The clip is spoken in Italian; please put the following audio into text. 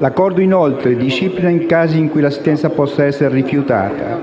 L'Accordo disciplina, inoltre, i casi in cui l'assistenza possa essere rifiutata;